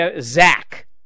Zach